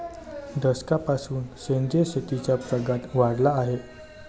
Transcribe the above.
दशकापासून सेंद्रिय शेतीचा प्रघात वाढला आहे